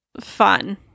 fun